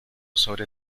sobre